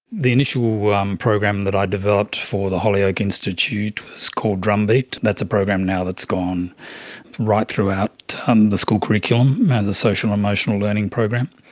the initial um program that i developed for the holyoake institute was called drumbeat, that's a program now that's gone right throughout um the school curriculum as a social and emotional learning program,